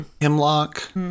Hemlock